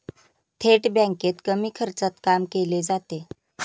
थेट बँकेत कमी खर्चात काम केले जाते